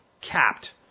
capped